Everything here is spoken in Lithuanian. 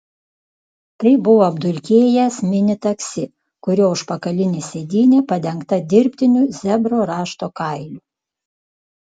tai buvo apdulkėjęs mini taksi kurio užpakalinė sėdynė padengta dirbtiniu zebro rašto kailiu